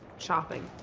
shopping.